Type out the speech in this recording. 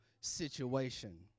situation